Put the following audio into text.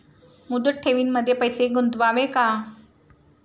मुदत ठेवींमध्ये पैसे गुंतवावे का?